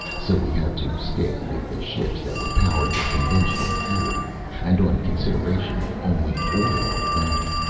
so we had to stick with the ships that were powered with conventional fuel and, on consideration, only oil at that.